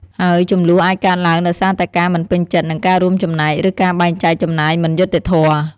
ហើយជម្លោះអាចកើតឡើងដោយសារតែការមិនពេញចិត្តនឹងការរួមចំណែក ឬការបែងចែកចំណាយមិនយុត្តិធម៌។